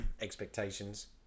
expectations